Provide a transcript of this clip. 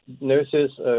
nurses